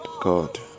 God